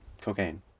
cocaine